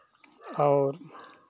और